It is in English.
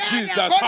Jesus